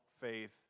faith